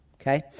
Okay